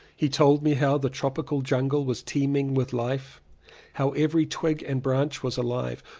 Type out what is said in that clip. he told me how the tropical jungle was teeming with life how every twig and branch was alive,